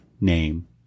name